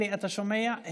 תודה.